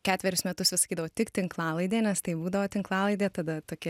ketverius metus vis sakydavau tik tinklalaidė nes tai būdavo tinklalaidė tada tokie